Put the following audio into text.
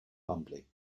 humbly